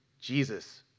Jesus